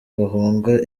bahunga